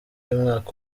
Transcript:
y’umwaka